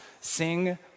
sing